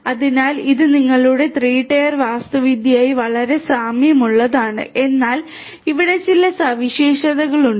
അതിനാൽ ഇത് നിങ്ങളുടെ 3 ടയർ വാസ്തുവിദ്യയുമായി വളരെ സാമ്യമുള്ളതാണ് എന്നാൽ ഇവിടെ ചില സവിശേഷതകൾ ഉണ്ട്